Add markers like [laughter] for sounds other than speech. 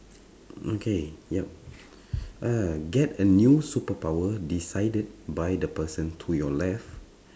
okay yup [breath] uh get a new superpower decided by the person to your left